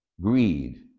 greed